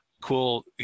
cool